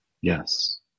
Yes